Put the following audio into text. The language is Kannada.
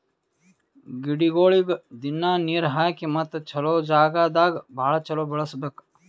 ಗಿಡಗೊಳಿಗ್ ದಿನ್ನಾ ನೀರ್ ಹಾಕಿ ಮತ್ತ ಚಲೋ ಜಾಗ್ ದಾಗ್ ಭಾಳ ಚಲೋ ಬೆಳಸಬೇಕು